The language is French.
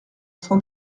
cent